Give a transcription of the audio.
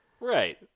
Right